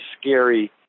scary